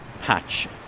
patch